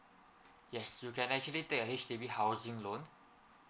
yes you can actually take a H_D_B housing loan